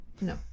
no